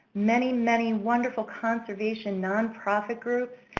many, many wonderful conservation nonprofit group.